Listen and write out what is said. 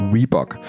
Reebok